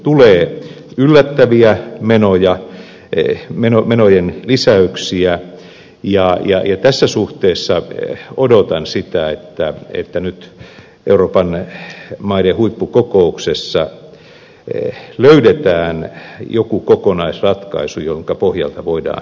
tulee yllättäviä menoja menojen lisäyksiä ja tässä suhteessa odotan sitä että nyt euroopan maiden huippukokouksessa löydetään joku kokonaisratkaisu jonka pohjalta voidaan edetä